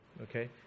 okay